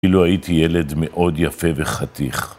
כאילו הייתי ילד מאוד יפה וחתיך.